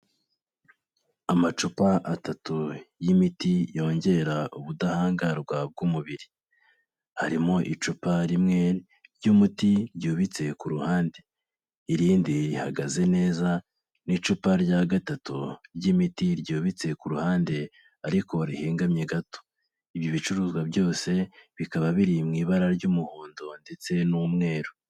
Amacupa atatu y'imiti yongera ubudahangarwa bw'umubiri, harimo icupa rimwe ry'umuti ryubitse ku ruhande, irindi rihagaze neza n'icupa rya gatatu ry'imiti ryubitse ku ruhande ariko rihingamye gato, ibi bicuruzwa byose bikaba biri mu ibara ry'umuhondo ndetse n'umweru.